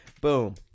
Boom